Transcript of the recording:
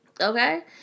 Okay